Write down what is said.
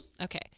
Okay